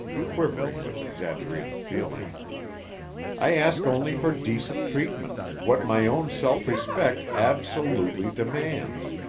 quivering with exaggerated feeling i ask only for decent treatment, what my own self-respect ab-so-lute-ly demands.